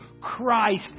Christ